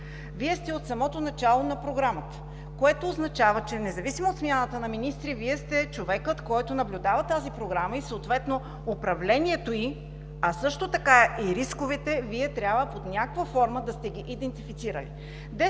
Вие сте от самото начало на програмата, което означава, че независимо от смяната на министри, Вие сте човекът, който наблюдава тази програма и съответно управлението й, а също така и рисковете трябва под някаква форма да сте ги идентифицирали.